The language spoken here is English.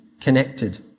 connected